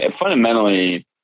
fundamentally